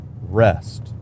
rest